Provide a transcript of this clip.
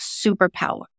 superpower